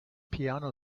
piano